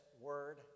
word